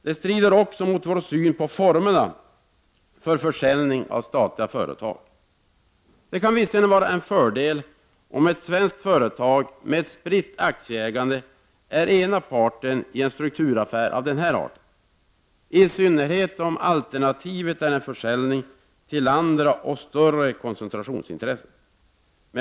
Det strider också mot vår syn på formerna för försäljning av statliga företag. Det kan visserligen vara en fördel om ett svenskt företag med ett spritt aktieägande är ena parten i en strukturaffär av den här arten — i synnerhet om alternativet är en försäljning till andra och större koncentrationsintressen.